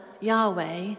Yahweh